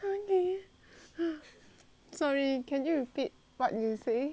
sorry can you repeat what you say